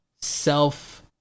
self